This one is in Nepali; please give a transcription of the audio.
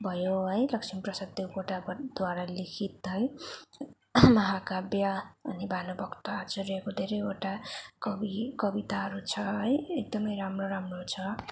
भयो है लक्ष्मीप्रसाद देवकोटाको द्वारा लिखित है महाकाव्य अनि भानुभक्त आचार्यको धेरैवटा कवि कविताहरू छ है एकदमै राम्रो राम्रो छ